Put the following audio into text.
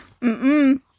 Mm-mm